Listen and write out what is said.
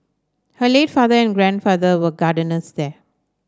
her late father and grandfather were gardeners there